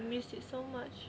I miss you so much